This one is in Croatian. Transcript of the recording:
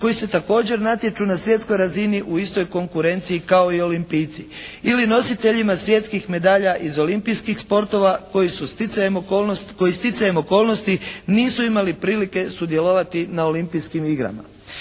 koji se također natječu na svjetskoj razini u istoj konkurenciji kao i olimpijci. Ili nositeljima svjetskih medalja iz olimpijskih sportova koji su sticajem okolnosti, koji sticajem okolnosti nisu imali prilike sudjelovati na olimpijskim igrama.